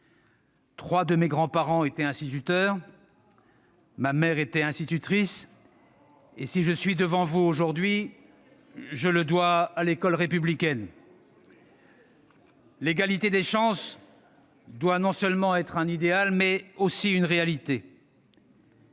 Trois de mes grands-parents étaient instituteurs, ma mère était institutrice. Si je suis devant vous aujourd'hui, je le dois à l'école républicaine. » Très bien !« L'égalité des chances doit être non seulement un idéal, mais aussi une réalité.